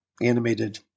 animated